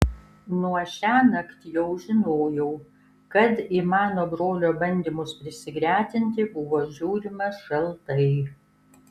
nuo šiąnakt jau žinojau kad į mano brolio bandymus prisigretinti buvo žiūrima šaltai